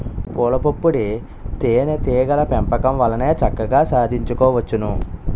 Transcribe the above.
పూలపుప్పొడి తేనే టీగల పెంపకం వల్లనే చక్కగా సాధించుకోవచ్చును